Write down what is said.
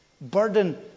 burden